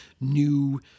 new